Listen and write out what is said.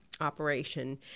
operation